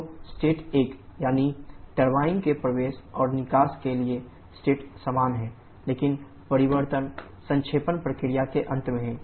तो स्टेट 1 यानी टरबाइन के प्रवेश और निकास के लिए स्टेट समान हैं लेकिन परिवर्तन संक्षेपण प्रक्रिया के अंत में है